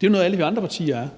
Det er jo noget, alle vi andre partier er.